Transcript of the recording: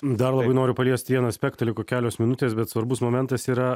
dar labai noriu paliesti vieną aspektą liko kelios minutės bet svarbus momentas yra